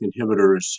inhibitors